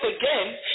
again